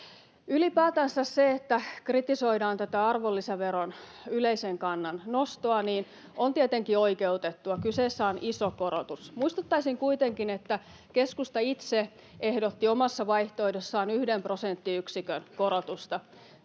Ylipäätänsä se, että kritisoidaan tätä arvonlisäveron yleisen kannan nostoa, on tietenkin oikeutettua — kyseessä on iso korotus. Muistuttaisin kuitenkin, että keskusta itse ehdotti omassa vaihtoehdossaan yhden prosenttiyksikön korotusta.